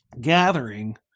gathering